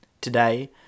Today